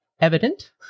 evident